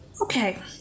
Okay